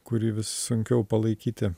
kurį vis sunkiau palaikyti